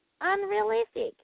unrealistic